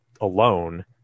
alone